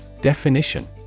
Definition